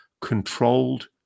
controlled